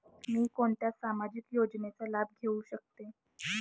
मी कोणत्या सामाजिक योजनेचा लाभ घेऊ शकते?